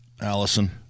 Allison